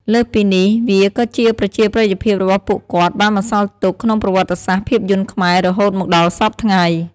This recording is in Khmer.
លើសពីនេះ វាក៏ជាប្រជាប្រិយភាពរបស់ពួកគាត់បានបន្សល់ទុកក្នុងប្រវត្តិសាស្ត្រភាពយន្តខ្មែររហូតមកដល់សព្វថ្ងៃ។